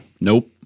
Nope